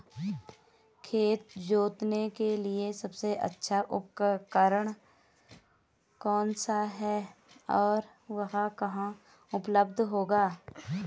खेत जोतने के लिए सबसे अच्छा उपकरण कौन सा है और वह कहाँ उपलब्ध होगा?